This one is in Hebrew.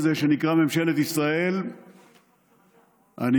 ממשלת ישראל,